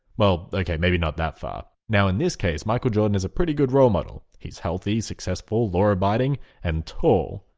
well okay maybe not that far. now in this case michael jordan is a pretty good role model. he's healthy, successful, law-abiding and tall.